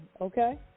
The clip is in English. okay